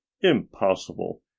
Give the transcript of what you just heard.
Impossible